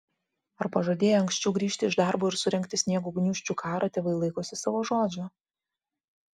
ar pažadėję anksčiau grįžti iš darbo ir surengti sniego gniūžčių karą tėvai laikosi savo žodžio